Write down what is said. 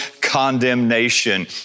condemnation